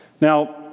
Now